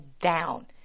down